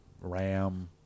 Ram